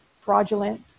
fraudulent